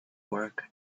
work